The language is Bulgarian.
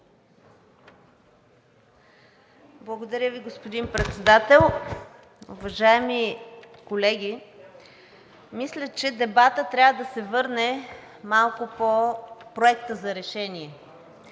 Благодаря Ви, господин Председател. Уважаеми колеги, мисля, че дебатът трябва да се върне малко по Проекта за решение,